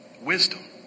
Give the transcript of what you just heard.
wisdom